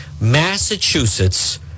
Massachusetts